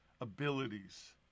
abilities